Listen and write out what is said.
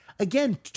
Again